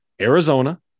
Arizona